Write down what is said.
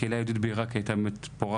הקהילה היהודית בעירק הייתה פורחת,